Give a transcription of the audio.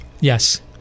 Yes